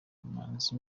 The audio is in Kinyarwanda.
imanzi